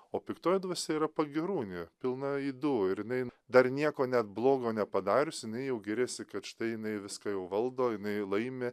o piktoji dvasia yra pagyrūnė pilna ydų ir jinai dar nieko net blogo nepadarius jinai jau giriasi kad štai jinai viską jau valdo jinai laimi